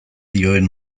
dioen